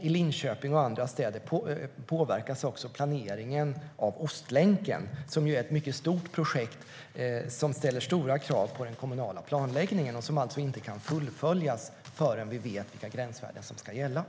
I Linköping och i andra städer påverkas också planeringen av Ostlänken, som är ett mycket stort projekt som ställer stora krav på den kommunala planläggningen och som alltså inte kan fullföljas förrän vi vet vilka gränsvärden som ska gälla.